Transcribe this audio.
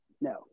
no